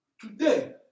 Today